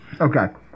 okay